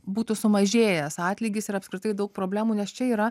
būtų sumažėjęs atlygis ir apskritai daug problemų nes čia yra